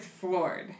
floored